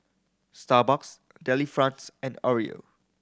Starbucks Delifrance and Oreo